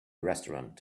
restaurant